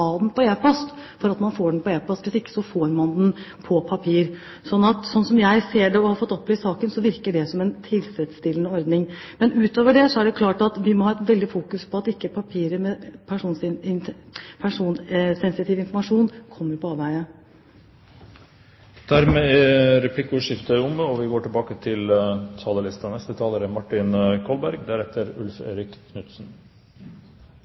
en tjeneste som er frivillig. Man må aktivt si at man vil ha den på e-post for at man skal få den på e-post. Hvis ikke får man den på papir. Slik jeg ser det, og har fått opplyst i saken, virker det som en tilfredsstillende ordning. Utover det er det klart at vi må fokusere veldig på at ikke papirer med personsensitiv informasjon kommer på avveier. Dermed er replikkordskiftet omme. Det er